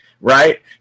Right